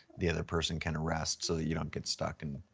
the other person can arrest so you don't get stuck and,